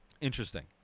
Interesting